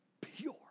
pure